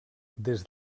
des